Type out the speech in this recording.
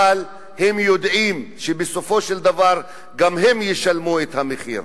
אבל הם יודעים שבסופו של דבר גם הם ישלמו את המחיר.